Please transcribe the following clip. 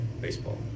baseball